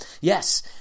yes